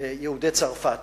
יהודי צרפת